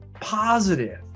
positive